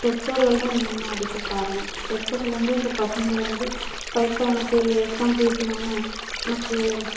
பெற்றோர்கள் தான் மெயினாக அதுக்கு காரணம் பெற்றோர்கள் வந்து இந்த பசங்களை வந்து பைசா எனக்கு எக்ஸாம் ஃபீஸ் வேணும் எனக்கு